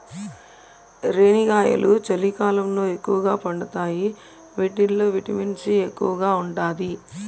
రేణిగాయాలు చలికాలంలో ఎక్కువగా పండుతాయి వీటిల్లో విటమిన్ సి ఎక్కువగా ఉంటాది